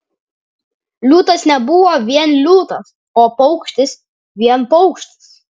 liūtas nebuvo vien liūtas o paukštis vien paukštis